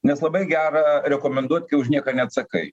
nes labai gera rekomenduot kai už nieką neatsakai